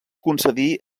concedí